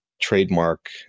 trademark